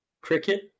cricket